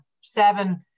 seven